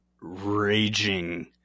raging